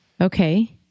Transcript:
Okay